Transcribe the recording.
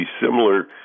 similar